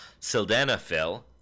Sildenafil